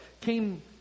came